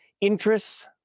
interests